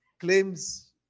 Claims